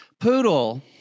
poodle